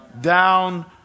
down